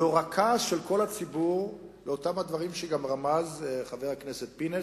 לנוכח הכעס של כל הציבור על אותם דברים שגם עליהם רמז חבר הכנסת פינס,